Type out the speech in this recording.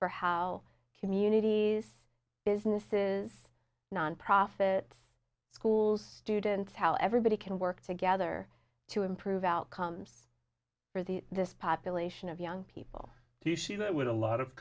for how communities businesses nonprofits schools students how everybody can work together to improve outcomes for the this population of young people to shoot with a lot of